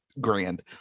grand